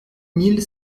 mille